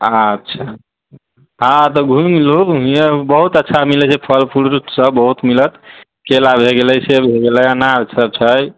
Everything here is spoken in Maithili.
अच्छा हँ तऽ घुमि लु बहुत अच्छा मिलैत छै फल फूल सभ बहुत मिलत केला भए गेलै सेब भए गेलै अनार सभ छै